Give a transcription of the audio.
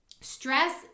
Stress